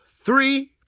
three